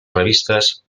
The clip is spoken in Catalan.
revistes